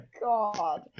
God